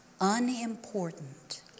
unimportant